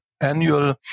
annual